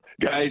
Guys